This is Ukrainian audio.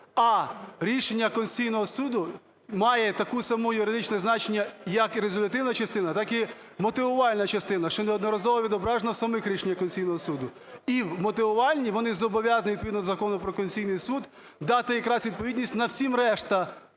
А рішення Конституційного Суду має таке саме юридичне значення як і резолютивна частина, так і мотивувальна частина, що неодноразово відображено в самих рішеннях Конституційного Суду. І в мотивувальній вони зобов'язані відповідно до Закону про Конституційний Суд дати якраз відповідність на всі решта